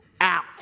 out